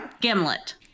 gimlet